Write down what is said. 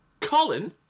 Colin